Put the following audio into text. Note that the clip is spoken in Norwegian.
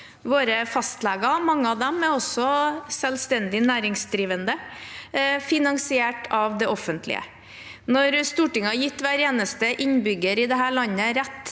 våre fastleger er selvstendig næringsdrivende, finansiert av det offentlige. Når Stortinget har gitt hver eneste innbygger i dette landet rett